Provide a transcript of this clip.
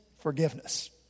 forgiveness